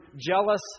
jealous